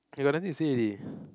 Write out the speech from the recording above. I got nothing to say already